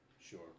Sure